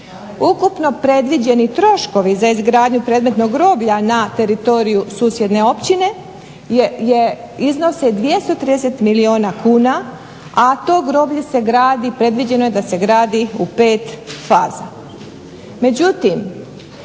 Ukupno predviđeni troškovi za izgradnju predmetnog groblja na teritoriju susjedne općine iznose 230 milijuna kuna, a to groblje se gradi, predviđeno je da se gradi u 5 faza.